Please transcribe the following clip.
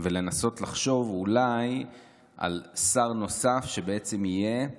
ולנסות לחשוב אולי על שר נוסף שבעצם יהיה אחראי,